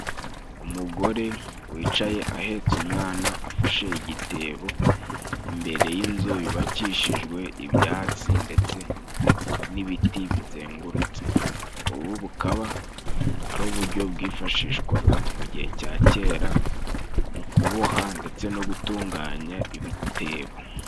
Umugore wicaye ahetse umwana afashe igitebo imbere y'inzu yubakishijwe ibyatsi, ndetse n'ibiti bizengurutse. Ubu bukaba ari uburyo bwifashishwaga mu gihe cya kera mu kuboha ndetse no gutunganya ibitebo.